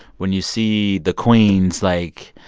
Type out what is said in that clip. when you see the queens, like,